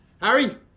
Harry